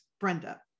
Brenda